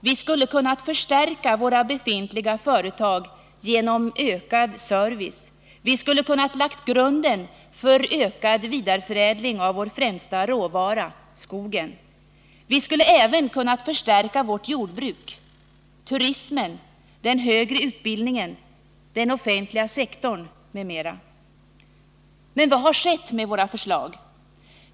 Vi skulle ha kunnat förstärka våra befintliga företag genom ökad service. Vi skulle ha kunnat lägga grunden för ökad vidareförädling av vår främsta råvara, skogen. Vi skulle även ha kunnat förstärka vårt jordbruk, turismen, den högre utbildningen, den offentliga sektorn m.m. Men vad har skett med våra förslag?